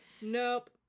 Nope